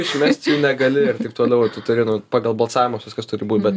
išmest jų negali ir taip toliau ir tu turi nu pagal balsavimus viskas turi būt bet